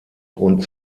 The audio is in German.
und